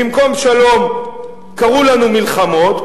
במקום שלום קרו לנו מלחמות,